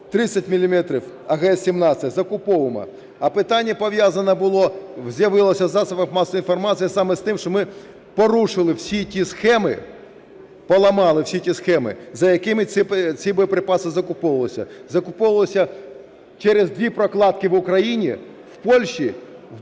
"АГ-17" закуповуємо. А питання пов'язане було, з'явилося у засобах масової інформації, саме з тим, що ми порушили всі ті схеми, поламали всі ті схеми, за якими ці боєприпаси закуповувалися. Закуповувалися через дві прокладки в Україні, в Польщі, через